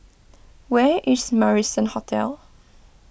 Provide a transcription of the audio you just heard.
where is Marrison Hotel